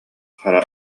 хара